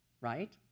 right